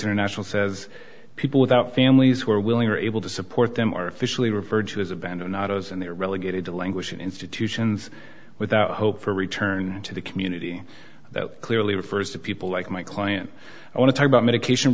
international says people without families who are willing or able to support them are officially referred to as abandoned i doze and they are relegated to languish in institutions without hope for a return to the community that clearly refers to people like my client i want to talk about medication